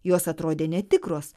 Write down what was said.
jos atrodė netikros